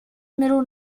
middle